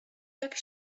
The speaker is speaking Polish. jak